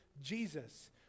Jesus